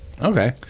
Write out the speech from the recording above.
Okay